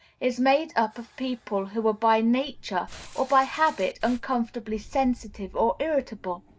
is made up of people who are by nature or by habit uncomfortably sensitive or irritable.